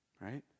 right